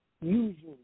usually